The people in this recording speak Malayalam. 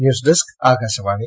news desk Akashvani